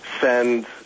send